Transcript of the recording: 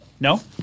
No